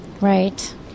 right